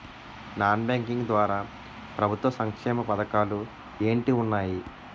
Non banking ద్వారా ప్రభుత్వ సంక్షేమ పథకాలు ఏంటి ఉన్నాయి?